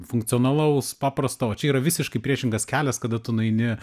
funkcionalaus paprasto o čia yra visiškai priešingas kelias kada tu nueini